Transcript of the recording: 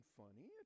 funny